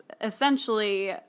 essentially